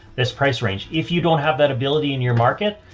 this price range. if you don't have that ability in your market,